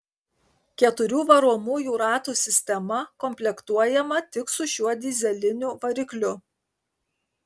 keturių varomųjų ratų sistema komplektuojama tik su šiuo dyzeliniu varikliu